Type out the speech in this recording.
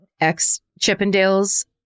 ex-Chippendales